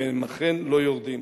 והם אכן לא יורדים,